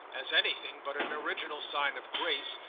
as anything but an original sign of grace,